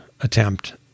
attempt